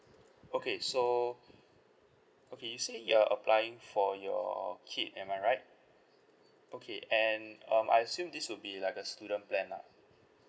okay so okay you said you are applying for your kid am I right okay and um I assume this will be like a student plan lah